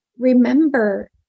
remember